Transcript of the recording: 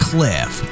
Cliff